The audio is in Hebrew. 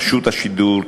רשות השידור,